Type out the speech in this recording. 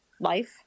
life